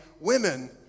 women